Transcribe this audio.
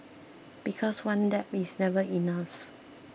because one dab is never enough